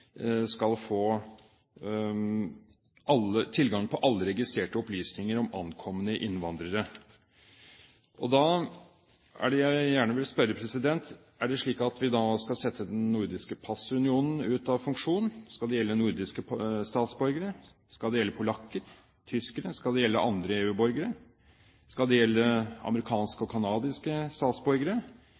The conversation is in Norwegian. skal få tilgang på alle registrerte opplysninger om ankomne innvandrere. Da er det jeg gjerne vil spørre: Er det slik at vi da skal sette Den nordiske passunionen ut av funksjon? Skal det gjelde nordiske statsborgere? Skal det gjelde polakker, tyskere? Skal det gjelde andre EU-borgere? Skal det gjelde amerikanske og canadiske statsborgere,